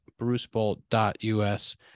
brucebolt.us